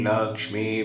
Lakshmi